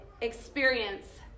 experience